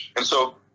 and so,